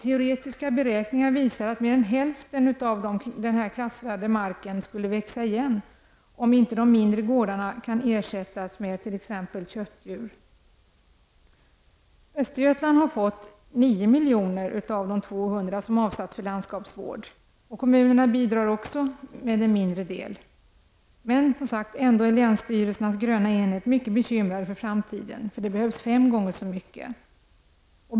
Teoretiska beräkningar visar att mer än hälften av den klassade marken skulle växa igen om inte de mindre gårdarnas besättning kan ersättas med t.ex. Östergötland har fått 9 milj.kr. av de 200 som avsatts till landskapsvård. Kommunerna bidrar också med en mindre del. Ändå är länsstyrelsernas gröna enheter mycket bekymrade inför framtiden. Det behövs nämligen fem gånger så mycket.